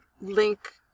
link